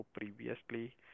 previously